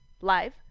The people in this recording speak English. live